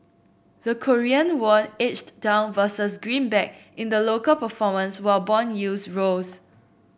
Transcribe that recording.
the Korean won edged down versus greenback in the local performance while bond yields rose